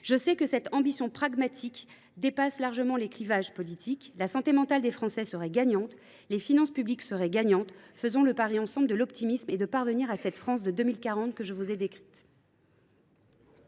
Je sais que cette ambition pragmatique dépasse largement les clivages politiques. La santé mentale des Français serait gagnante, les finances publiques le seraient aussi. Faisons le pari ensemble de l’optimisme pour parvenir à la France de 2040 que je vous ai décrite